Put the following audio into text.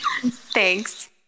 Thanks